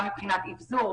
גם מבחינת אבזור,